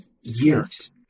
years